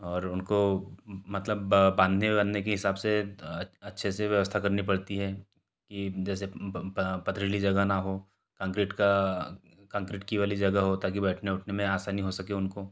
और उनको मतलब बांधने वांधने के हिसाब से अच्छे से व्यवस्था करनी पड़ती है कि जैसे पथरीली जगह ना हो कंक्रीट का कंक्रीट की वाली जगह हो ताकि बैठने उठने में आसानी हो सके उनको